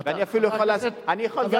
אני יכול גם לעשות דיל.